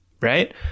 Right